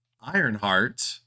Ironheart